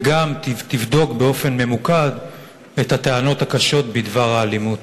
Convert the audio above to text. וגם תבדוק באופן ממוקד את הטענות הקשות בדבר האלימות.